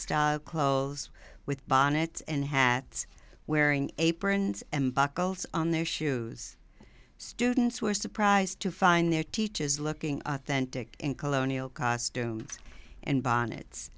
style clothes with bonnets and hats wearing aprons and buckles on their shoes students were surprised to find their teaches looking authentic in colonial costumes and bon